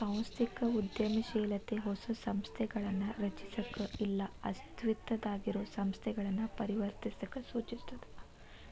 ಸಾಂಸ್ಥಿಕ ಉದ್ಯಮಶೇಲತೆ ಹೊಸ ಸಂಸ್ಥೆಗಳನ್ನ ರಚಿಸಕ ಇಲ್ಲಾ ಅಸ್ತಿತ್ವದಾಗಿರೊ ಸಂಸ್ಥೆಗಳನ್ನ ಪರಿವರ್ತಿಸಕ ಸೂಚಿಸ್ತದ